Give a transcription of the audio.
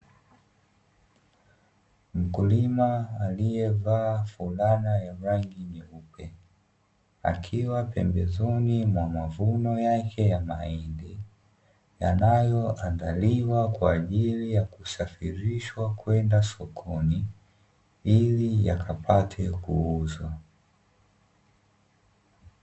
Mkulima aliyevaa fulana ya rangi nyeupe akiwa pembezoni mwa mavuno yake ya mahindi yanayoandaliwa, kwa ajili ya kusafirishwa kwenda sokoni ili yakapate kuuzwa.